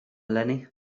eleni